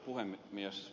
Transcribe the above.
arvoisa puhemies